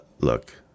look